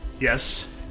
Yes